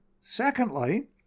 secondly